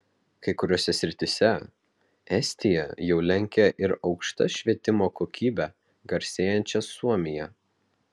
kai kuriose srityse estija jau lenkia ir aukšta švietimo kokybe garsėjančią suomiją